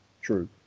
true